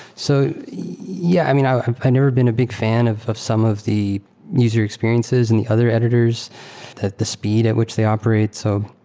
so yeah. i mean, i've never been a big fan of of some of the user experiences and the other editors at the speed at which they operate. so